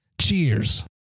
Cheers